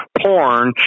porn